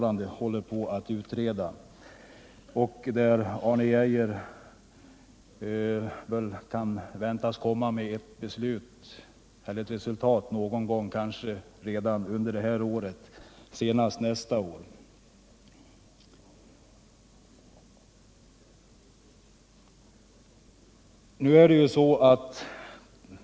Arne Geijer kan efter sin utredning beräknas komma med ett förslag som leder till resultat kanske redan det här året, och senast under nästa år.